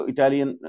Italian